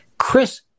Chris